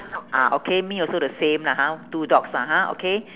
ah okay me also the same lah ha two dogs lah ha okay